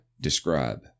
describe